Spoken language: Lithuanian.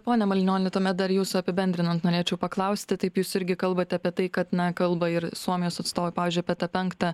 pone malinioni tuomet dar jūsų apibendrinant norėčiau paklausti taip jūs irgi kalbate apie tai kad na kalba ir suomijos atstovai pavyzdžiui apie tą penktą